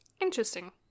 Interesting